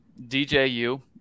DJU